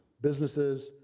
businesses